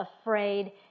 afraid